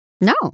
no